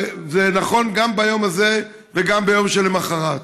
וזה נכון גם ביום הזה וגם ביום שלמוחרת.